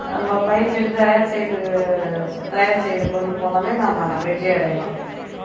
நம்ம பயிற்சி எடுத்து தயார் செய்து தயார் செய்து கொண்டு போனாலே நம்ம வெற்றி அடையலாம்